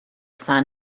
sun